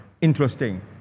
interesting